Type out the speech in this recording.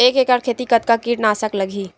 एक एकड़ खेती कतका किट नाशक लगही?